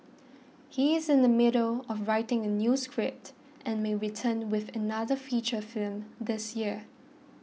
he is in the middle of writing a new script and may return with another feature film this year